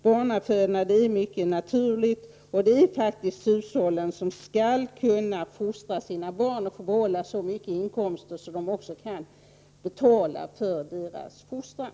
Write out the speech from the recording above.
Barnafödande är mycket naturligt, och hushållen skall faktiskt kunna fostra sina barn och behålla så mycket av sina inkomster att de också kan betala för barnens fostran.